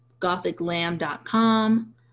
gothiclam.com